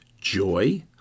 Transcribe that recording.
joy